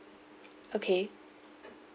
okay